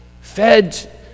Fed